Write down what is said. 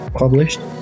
published